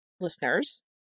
listeners